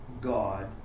God